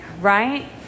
right